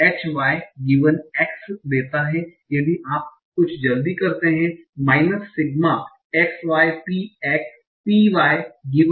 x देता है और यदि आप कुछ जल्दी करते हैं कि minus sigma x y P x P y